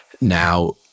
now